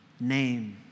name